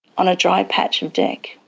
on a dry patch of deck,